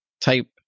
type